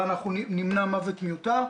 ואנחנו נמנע מוות מיותר.